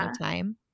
time